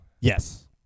Yes